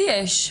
לי יש.